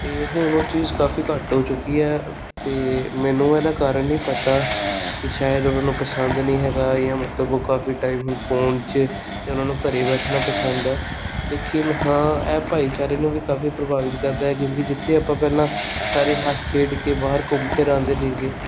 ਅਤੇ ਹੁਣ ਉਹ ਚੀਜ਼ ਕਾਫੀ ਘੱਟ ਹੋ ਚੁੱਕੀ ਹੈ ਅਤੇ ਮੈਨੂੰ ਇਹਦਾ ਕਾਰਨ ਨਹੀਂ ਪਤਾ ਕਿ ਸ਼ਾਇਦ ਉਹਨਾਂ ਨੂੰ ਪਸੰਦ ਨਹੀਂ ਹੈਗਾ ਜਾਂ ਮਤਲਬ ਉਹ ਕਾਫੀ ਟਾਈਮ ਹੁਣ ਫੋਨ 'ਚ ਅਤੇ ਉਹਨਾਂ ਨੂੰ ਘਰ ਬੈਠਣਾ ਪਸੰਦ ਆ ਲੇਕਿਨ ਹਾਂ ਇਹ ਭਾਈਚਾਰੇ ਨੂੰ ਵੀ ਕਾਫੀ ਪ੍ਰਭਾਵਿਤ ਕਰਦਾ ਕਿਉਂਕਿ ਜਿੱਥੇ ਆਪਾਂ ਪਹਿਲਾਂ ਸਾਰੇ ਹੱਸ ਖੇਡ ਕੇ ਬਾਹਰ ਘੁੰਮ ਫਿਰ ਆਉਂਦੇ ਸੀਗੇ